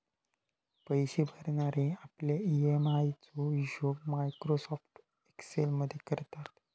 पैशे भरणारे आपल्या ई.एम.आय चो हिशोब मायक्रोसॉफ्ट एक्सेल मध्ये करता